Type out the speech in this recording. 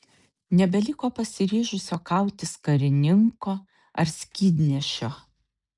nebeliko pasiryžusio kautis karininko ar skydnešio